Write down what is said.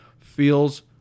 feels